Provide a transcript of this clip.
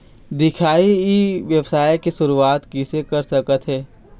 दिखाही ई व्यवसाय के शुरुआत किसे कर सकत हे?